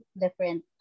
different